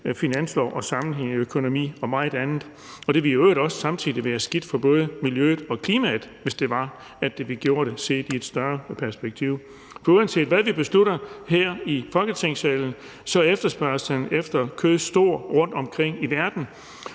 finansloven og sammenhæng i økonomien og meget andet. Det vil i øvrigt samtidig også være skidt for miljøet og klimaet, hvis vi gjorde det, set i et større perspektiv. For uanset hvad vi beslutter her i Folketingssalen, er efterspørgslen efter kød stor rundt omkring i verden,